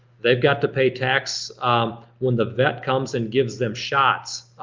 they've got to pay tax when the vet comes and gives them shots,